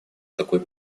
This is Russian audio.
такой